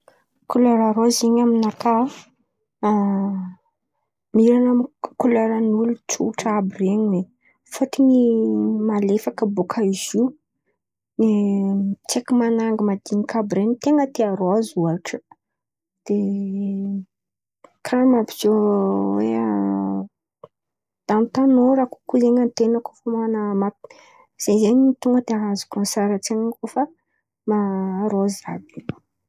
Kolera rôzy zen̈y amy nakà, miran̈a koleran’olo tsotra àby iren̈y aie. Fôtony malefaka baka izo. De tsaiky man̈angy madiniky àby iren̈y ten̈a ria rôzy ohatra. De karà mampiseo oe tanotanora kokoa zen̈y an-ten̈a koa fa mana- mampi- zen̈y, zen̈y no tonga de azoko sary an-tsain̈a koa fa rôzy àby.